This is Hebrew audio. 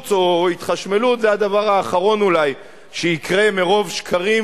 פיצוץ או התחשמלות זה הדבר האחרון אולי שיקרה מרוב שקרים